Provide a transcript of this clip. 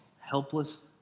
helpless